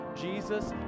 Jesus